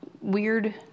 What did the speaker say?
weird